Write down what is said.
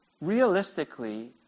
realistically